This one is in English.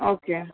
okay